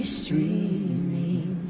streaming